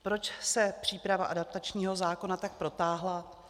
Proč se příprava adaptačního zákona tak protáhla?